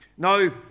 Now